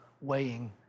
weighing